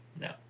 No